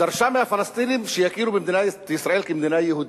דרשה מהפלסטינים שיכירו במדינת ישראל כמדינה יהודית?